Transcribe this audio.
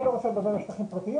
אני לא רוצה לדבר על שטחים פרטיים,